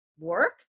work